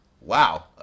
wow